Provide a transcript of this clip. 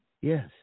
Yes